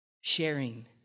sharing